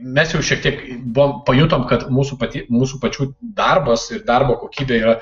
mes jau šitiek buvom pajutom kad mūsų pati mūsų pačių darbas ir darbo kokybė yra